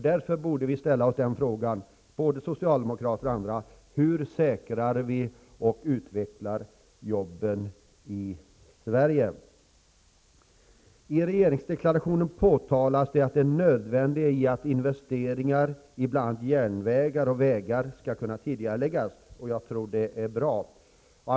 Därför borde både socialdemokrater och andra ställa sig frågan: Hur säkrar och utvecklar vi jobben i Sverige? I regeringsdeklarationen påtalas det nödvändiga i att investeringar i bl.a. vägar och järnvägar skall kunna tidigareläggas. Jag tror det är bra att så sker.